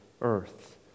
earth